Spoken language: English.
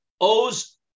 owes